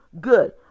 good